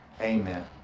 Amen